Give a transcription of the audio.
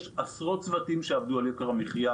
יש עשרות צוותים שעבדו על יוקר המחיה,